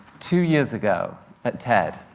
two years ago at ted,